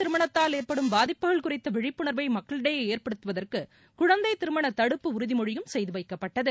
திருமணத்தால் ஏற்படும் பாதிப்புகள் குறித்த விழிப்புணர்வை மக்களிடையே குழந்தை ஏற்படுத்துவதற்கு குழந்தைத் திருமணத் தடுப்பு உறுதிமொழியும் செய்துவைக்கப்பட்டது